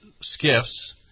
skiffs